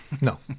no